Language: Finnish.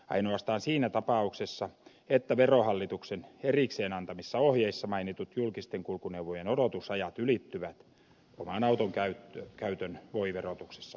ainoastaan siinä tapauksessa että verohallituksen erikseen antamissa ohjeissa mainitut julkisten kulkuneuvojen odotusajat ylittyvät oman auton käytön voi verotuksessa vähentää